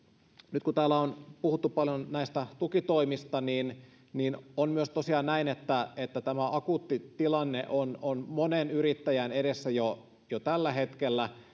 nyt kun täällä on puhuttu paljon näistä tukitoimista niin niin on tosiaan myös näin että että tämä akuutti tilanne on on monen yrittäjän edessä jo jo tällä hetkellä